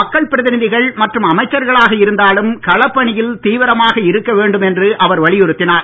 மக்கள் பிரதிநிதிகள் மற்றும் அமைச்சர்களாக இருந்தாலும் களப்பணியில் தீவிரமாக இருக்க வேண்டும் என்று அவர் வலியுறுத்தினார்